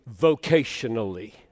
vocationally